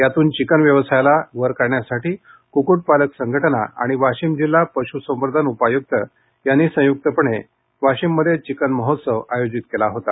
यातून चिकन व्यवसायाला वर काढण्यासाठी कुक्कुट पालक संघटना आणि वाशीम जिल्हा पश् संवर्धन उपायुक्त यांनी संयुक्तपणे वाशीममध्ये चिकन महोत्सव आयोजित केला होता